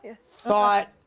thought